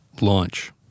Launch